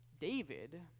David